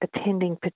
attending